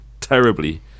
terribly